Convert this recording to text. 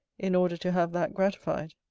in order to have that gratified.